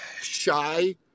shy